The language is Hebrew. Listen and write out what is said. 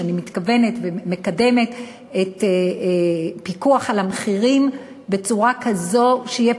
שאני מתכוונת ומקדמת את הפיקוח על המחירים בצורה כזאת שיהיה